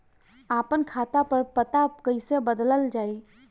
आपन खाता पर पता कईसे बदलल जाई?